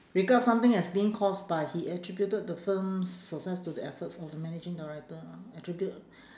regard something as being caused by he attributed the firm's success to the efforts of the managing director attribute